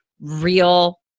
real